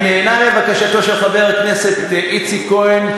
אני נענה לבקשתו של חבר הכנסת איציק כהן,